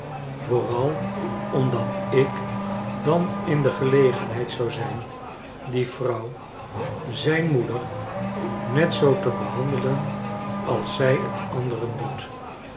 yooral omdat ik dan in de gelegenheid zou zijn die vrouw zijn moeder net zoo te behandelen als zij t anderen doet